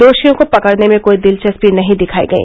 दोषियों को पकड़ने में कोई दिलचस्पी नहीं दिखाई गई